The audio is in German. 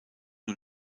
nur